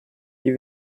die